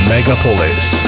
Megapolis